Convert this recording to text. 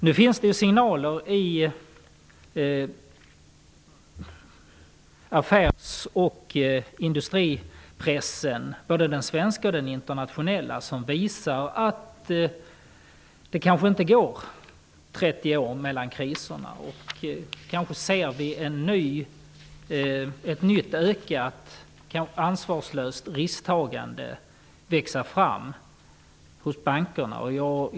Nu finns det signaler i affärs och industripressen, både den svenska och den internationella, som tyder på att det kanske inte går 30 år mellan kriserna. Kanske ser vi ett nytt ökat ansvarslöst risktagande växa fram hos bankerna.